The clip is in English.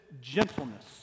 gentleness